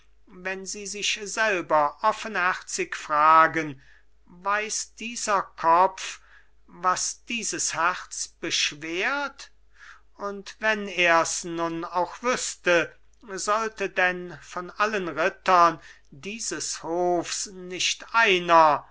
wenn sie sich selber offenherzig fragen weiß dieser kopf was dieses herz beschwert und wenn ers nun auch wüßte sollte denn von allen rittern dieses hofs nicht einer